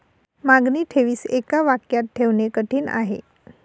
मागणी ठेवीस एका वाक्यात ठेवणे कठीण आहे